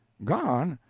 gone?